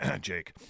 Jake